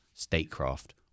Statecraft